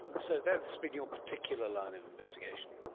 so that's been your particular line of investigation.